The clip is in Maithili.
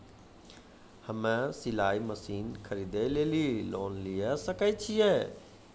हम्मे सिलाई मसीन खरीदे लेली लोन लिये सकय छियै?